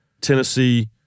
Tennessee